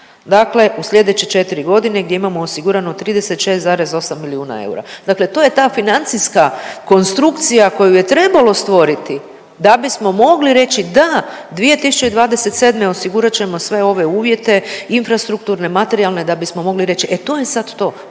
dakle u slijedeće 4 godine gdje imamo osigurano 36,8 milijuna eura. Dakle to je ta financijska konstrukcija koju je trebalo stvoriti da bismo mogli reći da 2027. osigurat ćemo sve ove uvjete, infrastrukturne, materijalne da bismo mogli reći e to je sad to,